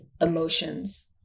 emotions